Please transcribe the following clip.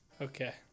Okay